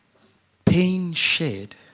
pain she